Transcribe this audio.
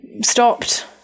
stopped